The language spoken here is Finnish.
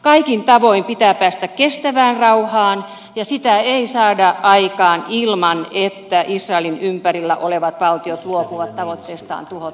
kaikin tavoin pitää päästä kestävään rauhaan ja sitä ei saada aikaan ilman että israelin ympärillä olevat valtiot luopuvat tavoitteestaan tuhota israelin valtio